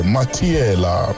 Matiela